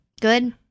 Good